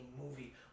movie